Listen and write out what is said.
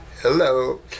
Hello